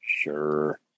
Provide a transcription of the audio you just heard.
sure